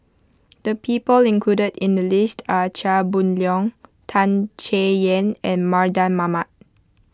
the people included in the list are Chia Boon Leong Tan Chay Yan and Mardan Mamat